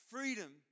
Freedom